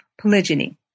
polygyny